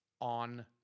on